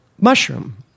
mushroom